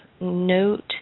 note